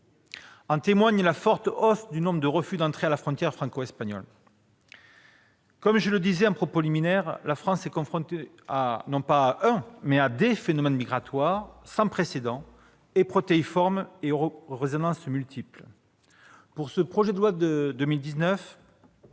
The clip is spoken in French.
En témoigne la forte hausse du nombre de refus d'entrée à la frontière franco-espagnole. Comme je le disais dans mon propos liminaire, la France est confrontée, non pas à un, mais à des phénomènes migratoires sans précédent, protéiformes et aux résonnances multiples. Pour ce projet de loi de